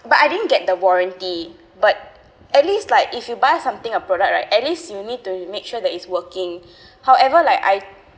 but I didn't get the warranty but at least like if you buy something a product right at least you need to make sure that is working however like I